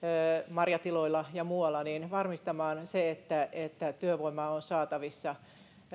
marjatiloilla ja muualla varmistamaan että että työvoimaa on saatavissa